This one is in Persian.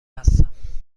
هستم